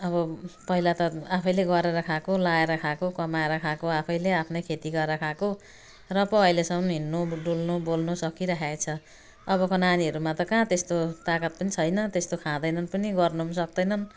अब पहिला त आफैँले गरेर खाएको लगाएर खाएको कमाएर खाएको आफैँले आफ्नै खेती गरेर खाेको र पो अहिलेसम्म हिँड्नु डुल्नु बोल्नु सकिरहेको छ अबको नानीहरूमा त कहाँ त्यस्तो तागत पनि छैन त्यस्तो खाँदैनन् पनि गर्नु पनि सक्दैनन्